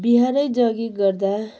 बिहानै जगिङ गर्दा